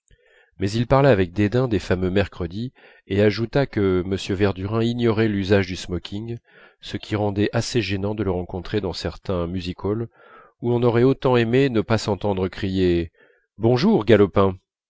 mais il parla avec dédain des fameux mercredis et ajouta que m verdurin ignorait l'usage du smoking ce qui rendait assez gênant de le rencontrer dans certains music halls où on aurait tant aimé ne pas s'entendre crier bonjour galopin